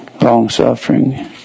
long-suffering